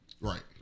Right